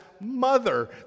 mother